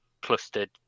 clustered